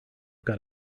got